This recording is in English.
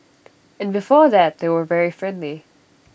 and before that they were very friendly